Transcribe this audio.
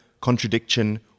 contradiction